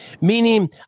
Meaning